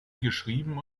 geschrieben